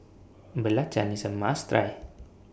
Belacan IS A must Try